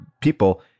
people